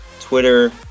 Twitter